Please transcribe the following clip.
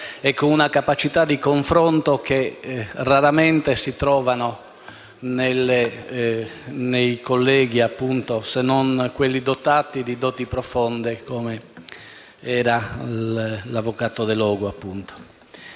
con una capacità di confronto che raramente si trovano nei colleghi, se non in quelli in possesso di doti profonde, come era appunto l'avvocato Delogu.